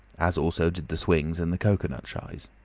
as also did the swings and the cocoanut shies.